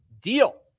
deal